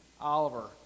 Oliver